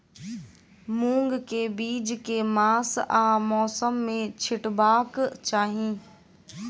मूंग केँ बीज केँ मास आ मौसम मे छिटबाक चाहि?